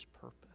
purpose